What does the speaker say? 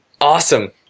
Awesome